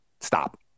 Stop